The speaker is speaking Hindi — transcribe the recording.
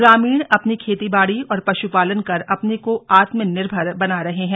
ग्रामीण अपनी खेती बाड़ी और पशुपालन कर अपने को आत्मनिर्भर बना रहे हैं